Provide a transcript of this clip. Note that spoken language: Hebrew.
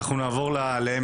נעבור לסקירה